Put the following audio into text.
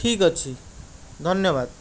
ଠିକ୍ ଅଛି ଧନ୍ୟବାଦ